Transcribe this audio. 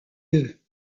deux